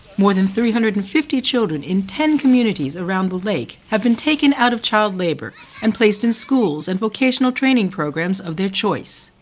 more than three hundred and fifty children in ten communities around the lake have been taken out of child labour and placed in schools and vocational training programs of their choice.